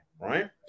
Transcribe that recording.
right